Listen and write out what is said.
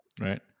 right